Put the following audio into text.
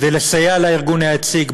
כדי לסייע לארגון היציג,